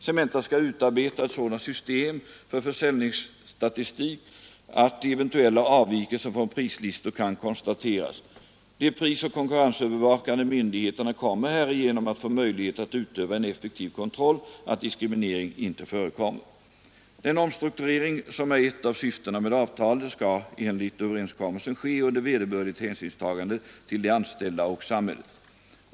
Cementa skall utarbeta ett sådant system för försäljningsstatistik att eventuella avvikelser från prislistor kan konstateras. De prisoch konkurrensövervakande myndigheterna kommer härigenom att få möjlighet att utöva en effektiv kontroll så att diskriminering inte förekommer. Den omstrukturering som är ett av syftena med avtalet skall enligt överenskommelsen ske under vederbörligt hänsynstagande till de anställda och samhället.